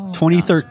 2013